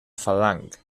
falange